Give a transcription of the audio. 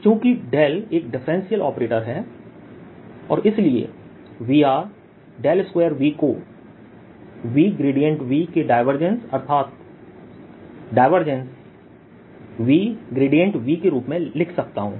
चूँकि डेल एक differential operator है और इसलिएVr2Vको V ग्रेडियंटV के डायवर्जेंस अर्थात ∇V∇Vके रूप में लिख सकता हूँ